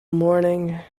morning